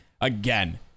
again